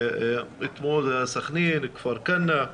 אתמול היו סכנין וכפר כנא.